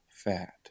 fat